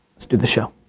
let's do the show.